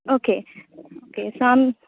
okay okay so आम